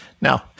now